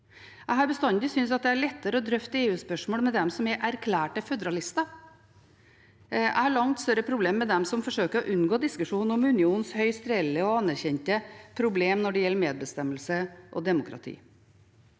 Jeg har bestandig syntes at det er lettere å drøfte EU-spørsmålet med dem som er erklærte føderalister. Jeg har langt større problemer med dem som forsøker å unngå diskusjonen om unionens høyst reelle og anerkjente problemer når det gjelder medbestemmelse og demokrati.